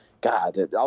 God